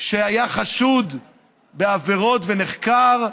שהיה חשוד בעבירות ונחקר?